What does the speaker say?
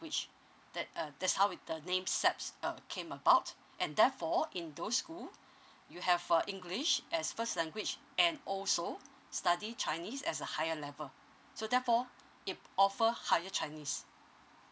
that uh that's how with the names that uh came about and therefore in those school you have a english as first language and also study chinese as a higher level so therefore it offer higher chinese